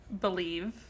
believe